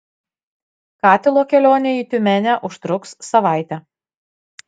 katilo kelionė į tiumenę užtruks savaitę